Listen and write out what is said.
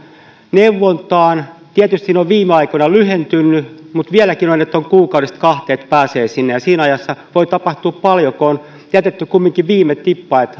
neuvontaan tietysti ne ovat viime aikoina lyhentyneet mutta vieläkin on kuukaudesta kahteen että pääsee sinne ja siinä ajassa voi tapahtua paljon kun on jätetty kumminkin viime tippaan että